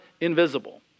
invisible